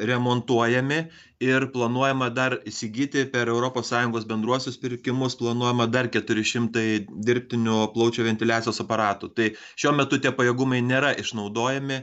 remontuojami ir planuojama dar įsigyti per europos sąjungos bendruosius pirkimus planuojama dar keturi šimtai dirbtinio plaučių ventiliacijos aparatų tai šiuo metu tie pajėgumai nėra išnaudojami